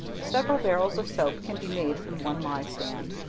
several barrels of soap can be made from one ley stand.